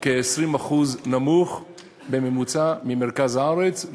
נמוך בכ-20% בממוצע מהשכר במרכז הארץ,